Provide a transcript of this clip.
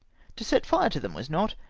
to set fire to them was not,